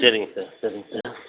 சரிங்க சார் சரிங்க சார்